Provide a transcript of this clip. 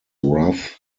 rough